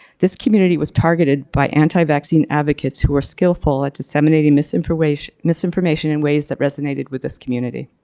this community was targeted by anti-vaccine advocates who were skillful at disseminating misinformation misinformation in ways that resonated with this community.